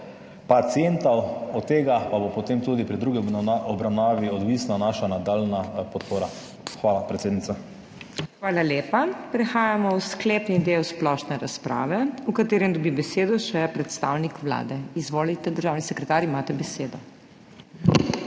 pacientov? Od tega pa bo potem tudi pri drugi obravnavi odvisna naša nadaljnja podpora. Hvala, podpredsednica. PODPREDSEDNICA MAG. MEIRA HOT: Hvala lepa. Prehajamo v sklepni del splošne razprave, v katerem dobi besedo še predstavnik Vlade. Izvolite, državni sekretar, imate besedo.